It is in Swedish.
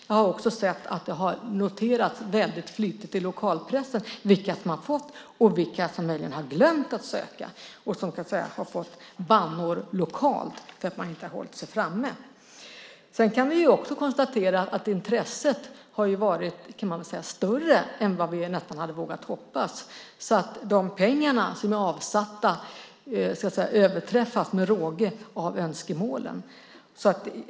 Jag har också sett att det har noterats väldigt flitigt i lokalpressen vilka som har fått och vilka som möjligen har glömt att söka och fått bannor lokalt för att de inte har hållit sig framme. Vi kan också konstatera att intresset har varit större än vad vi nästan hade vågat hoppas, så de pengar som är avsatta överträffas med råge av önskemålen.